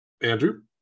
Andrew